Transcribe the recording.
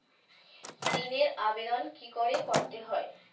ঋণের আবেদন কি করে করতে হয়?